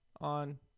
on